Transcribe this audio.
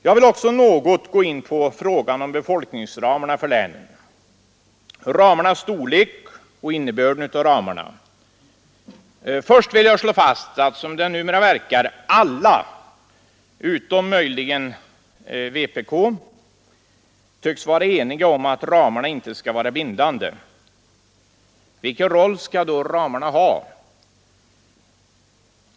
Jag skall också något gå in på frågan om befolkningsramarna för länen - ramarnas storlek och innebörden av dem. Först vill jag slå fast att som det numera verkar alla utom möjligen vänsterpartiet kommunisterna tycks vara ense om att ramarna inte skall vara bindande. Vilken roll skall då ramarna ha?